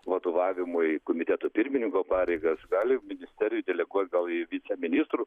vadovavimui komiteto pirmininko pareigas gali ministerijų deleguot gal į viceministrų